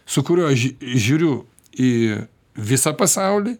su kuriuo aš ž žiūriu į visą pasaulį